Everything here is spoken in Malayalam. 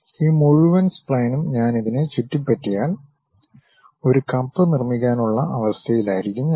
ഈ മുഴുവൻ സ്പ്ലൈനും ഞാൻ ഇതിനെ ചുറ്റിപ്പറ്റിയാൽ ഒരു കപ്പ് നിർമ്മിക്കാനുള്ള അവസ്ഥയിലായിരിക്കും ഞാൻ